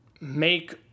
make